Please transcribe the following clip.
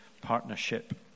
Partnership